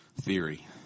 theory